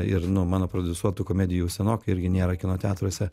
ir nu mano prodiusuotų komedijų senokai irgi nėra kino teatruose